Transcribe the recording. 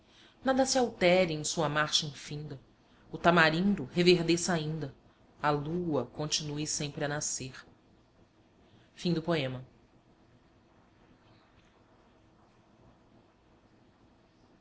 nada se altere em sua marcha infinda o tamarindo reverdeça ainda a lua continue sempre a nascer a